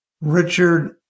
Richard